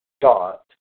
Dot